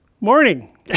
morning